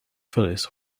phyllis